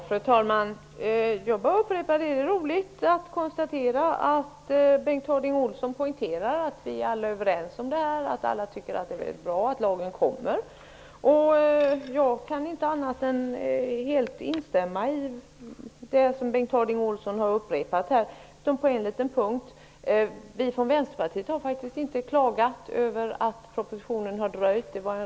Fru talman! Det är roligt att konstatera att Bengt Harding Olson poängterar att vi alla är överens om detta och att alla tycker att det är väldigt bra att lagen kommer. Jag kan inte annat än instämma i det som Bengt Harding Olson säger, utom på en punkt: Vi från vänsterpartiet har faktiskt inte klagat över att propositionen har dröjt.